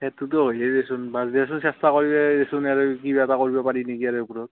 সেইটোতো হয়েই দেচোন বা দেচোন চেষ্টা কৰিব দেচোন আৰু কিবা এটা কৰিব পাৰি নেকি ইয়াৰে ওপৰত